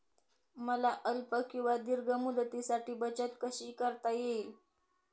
मला अल्प किंवा दीर्घ मुदतीसाठी बचत कशी करता येईल?